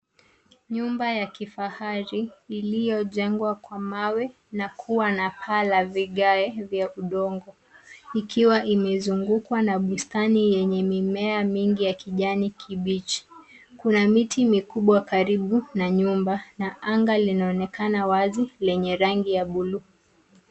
Nyumba ya kifahari iliyojengwa kwa mawe na kuwa na paa la vigae vya udongo ikiwa imezungukwa na bustani yenye mimea mingi ya kijani kibichi. Kuna miti mikubwa karibu na nyumba na anga linaonekana wazi lenye rangi ya buluu.